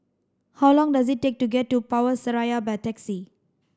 how long does it take to get to Power Seraya by taxi